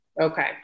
Okay